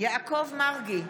יעקב מרגי,